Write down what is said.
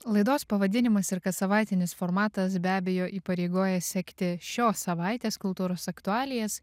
laidos pavadinimas ir kassavaitinis formatas be abejo įpareigoja sekti šios savaitės kultūros aktualijas